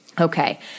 Okay